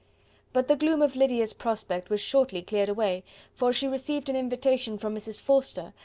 but the gloom of lydia's prospect was shortly cleared away for she received an invitation from mrs. forster,